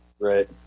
Right